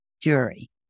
jury